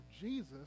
Jesus